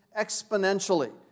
exponentially